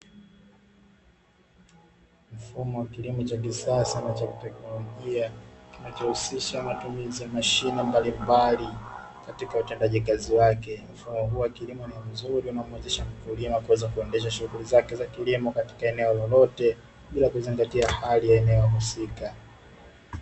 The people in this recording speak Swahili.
Mfumo wa kilimo cha kisasa na cha kiteknolojia kinachohusisha matumizi ya mashine mbalimbali katika utendaji kazi wake. Mfumo huu wa kilimo ni mzuri na unamwezesha mkulima kuweza kuendesha shughuli zake za kilimo katika eneo lolote, bila kuzingatia hali ya eneo husika.